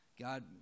God